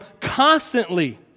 constantly